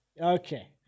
Okay